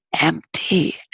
empty